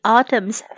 Autumn's